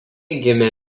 gimė